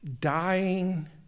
dying